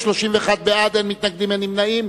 21 בעד, אין מתנגדים ואין נמנעים.